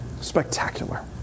Spectacular